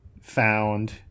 found